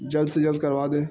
جلد سے جلد کرا دیں